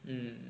mm